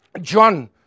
John